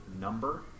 number